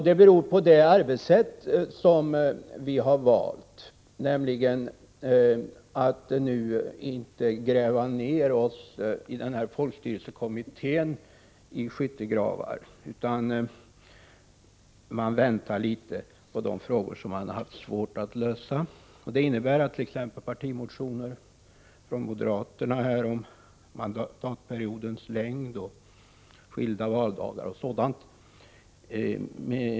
Det beror på det arbetssätt som vi har valt, nämligen att inte nu gräva ner oss i skyttegravar utan i stället avvakta med de frågor som vi har haft svårt att lösa. Det innebär att t.ex. partimotioner från moderaterna om mandatperiodens längd, om skilda valdagar etc.